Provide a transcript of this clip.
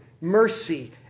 mercy